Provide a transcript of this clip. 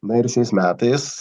na ir šiais metais